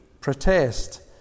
protest